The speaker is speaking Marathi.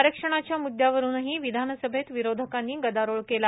आरक्षणाच्या मूदयावरुनही विधानसभेत विरोधकांनी गदारोळ केला